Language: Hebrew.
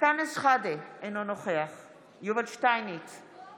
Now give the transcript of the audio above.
אנטאנס שחאדה, אינו נוכח יובל שטייניץ,